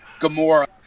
Gamora